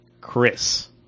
Chris